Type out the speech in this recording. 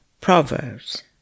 Proverbs